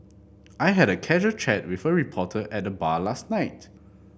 I had a casual chat with a reporter at the bar last night